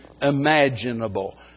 imaginable